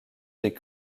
des